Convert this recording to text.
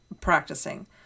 practicing